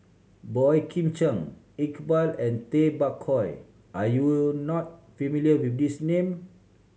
Boey Kim Cheng Iqbal and Tay Bak Koi are you not familiar with these name